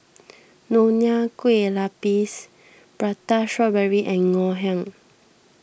Nonya Kueh Lapis Prata Strawberry and Ngoh Hiang